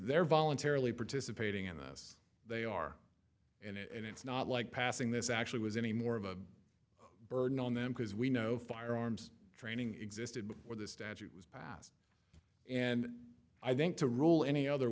they're voluntarily participating in this they are and it's not like passing this actually was any more of a burden on them because we know firearms training existed before the statute was passed and i think to roll any other